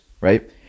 Right